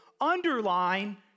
underline